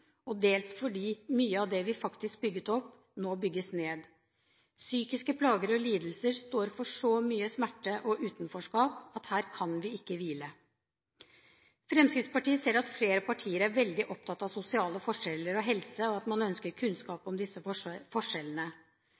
og dels fordi mye av det vi faktisk bygget opp, nå bygges ned. Psykiske plager og lidelser står for så mye smerte og utenforskap at her kan vi ikke hvile. Fremskrittspartiet ser at flere partier er veldig opptatt av sosiale forskjeller og helse, og at man ønsker kunnskap om disse forskjellene.